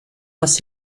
was